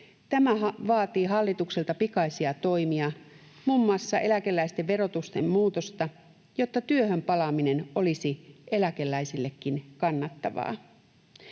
Tämä vaatii hallitukselta pikaisia toimia, muun muassa eläkeläisten verotuksen muutosta, jotta työhön palaaminen olisi eläkeläisillekin kannattavaa.